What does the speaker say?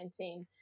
2019